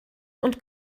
und